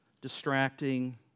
distracting